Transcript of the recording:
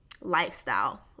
lifestyle